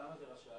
למה זה רשאי?